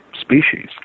species